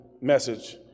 message